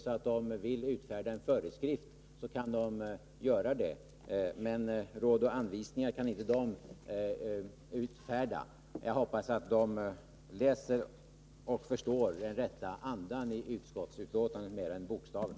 Vill de utfärda en föreskrift kan de göra det. Men råd och anvisningar kan de inte utfärda. Jag hoppas att de förstår andan i betänkandet och rättar sig mer efter den än efter bokstaven.